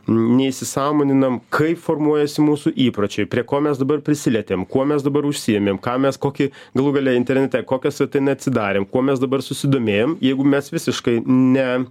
neįsisąmoninam kaip formuojasi mūsų įpročiai prie ko mes dabar prisilietėme kuo mes dabar užsiėmėm ką mes kokį galų gale internete kokiose neatsidarėm kuo mes dabar susidomėjom jeigu mes visiškai ne